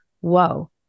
Whoa